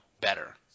better